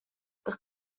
per